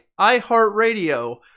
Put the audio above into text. iHeartRadio